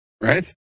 right